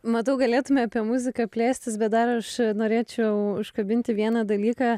matau galėtume apie muziką plėstis bet dar aš norėčiau užkabinti vieną dalyką